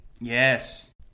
Yes